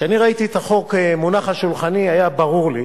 כשאני ראיתי את החוק מונח על שולחני היה ברור לי